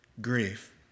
grief